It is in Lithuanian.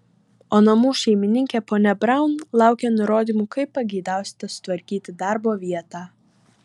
o namų šeimininkė ponia braun laukia nurodymų kaip pageidausite sutvarkyti darbo vietą